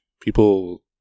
people